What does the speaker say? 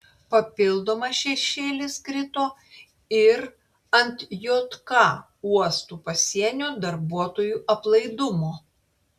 papildomas šešėlis krito ir ant jk uostų pasienio darbuotojų aplaidumo